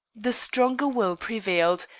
the stronger will prevailed,